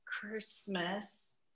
Christmas